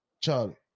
Charlie